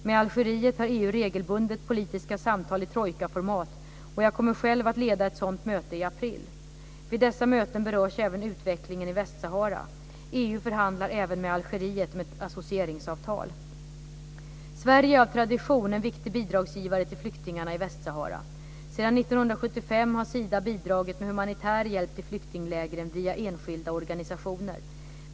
Med Algeriet har EU regelbundet politiska samtal i trojkaformat, och jag kommer själv att leda ett sådant möte i april. Vid dessa möten berörs även utvecklingen i Västsahara. EU förhandlar även med Algeriet om ett associeringsavtal. Sverige är av tradition en viktig bidragsgivare till flyktingarna i Västsahara. Sedan 1975 har Sida bidragit med humanitär hjälp till flyktinglägren via enskilda organisationer.